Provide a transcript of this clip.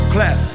Clap